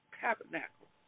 tabernacle